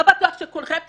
לא בטוח שכולכם תגיעו.